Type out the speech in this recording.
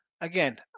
Again